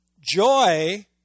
joy